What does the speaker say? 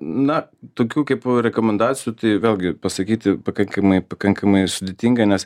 na tokių kaip rekomendacijų tai vėlgi pasakyti pakankamai pakankamai sudėtinga nes